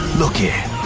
look here,